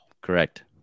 Correct